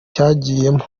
cyagiyemo